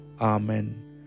Amen